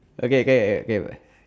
okay K K K bye